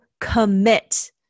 commit